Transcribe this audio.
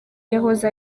yahoze